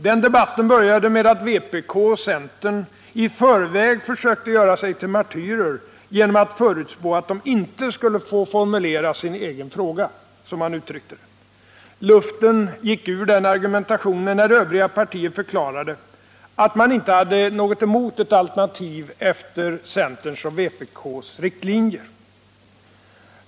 Den debatten började med att vpk och centern i förväg försökte göra sig till martyrer genom att förutspå att de inte skulle få formulera sin egen fråga, som man uttryckte det. Luften gick ur den argumentationen när övriga partier förklarade att de inte hade något emot ett alternativ efter centerns och vpk:s riktlinjer.